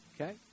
Okay